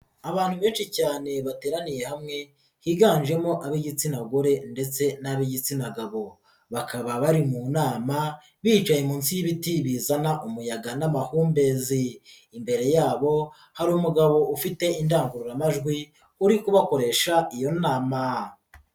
Abantu benshi cyane bateraniye hamwe higanjemo ab'igitsina gore ndetse n'ab'igitsina gabo, bakaba bari mu nama bicaye munsi y'ibiti bizana umuyaga n'amahumbezi, imbere yabo hari umugabo ufite indangururamajwi uri kubakoresha iyo nama.